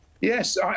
Yes